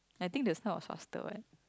I think the start was faster what